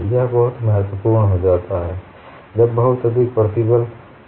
यह बहुत महत्वपूर्ण हो जाता है जब बहुत अधिक प्रतिबल सान्द्रण होता है